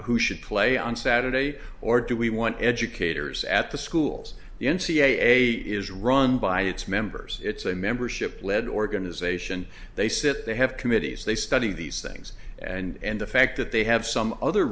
who should play on saturday or do we want educators at the schools the n c a a is run by its members it's a membership led organization they sit they have committees they study these things and the fact that they have some other